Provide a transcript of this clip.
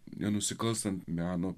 nenusikalstant meno